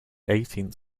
eighteenth